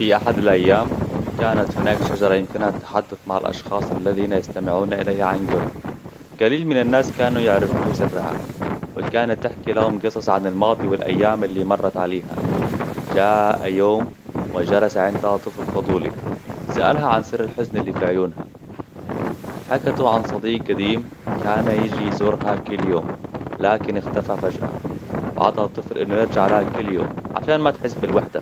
في أحد الأيام، كانت هناك شجره يمكنها التحدث مع الأشخاص الذين يستمعون إليها عن قرب. قليل من الناس كانوا يعرفوا سرها، وكانت تحكي لهم قصة عن الماضي والأيام اللي مرت عليها. جاء يوم، وجلس عندها طفل فضولي، سألها عن سر الحزن اللي في عيونها. حكته عن صديق قديم، كان يجي يزورها كل يوم، لكن اختفى فجأة. وعدها الطفل إنه يرجع لها كل يوم، عشان ما تحس بالوحدة.